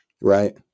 Right